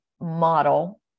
model